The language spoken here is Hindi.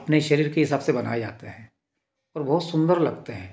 अपने शरीर के हिसाब से बनाए जाते हैं और बहुत सुंदर लगते हैं